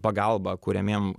pagalba kuriamiem